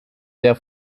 der